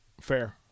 Fair